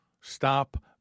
Stop